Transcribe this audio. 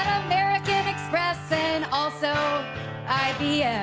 american express and also ibm